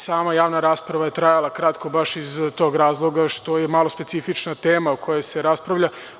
Sama javna rasprava je trajala kratko, baš iz tog razloga što je malo specifična tema o kojoj se raspravlja.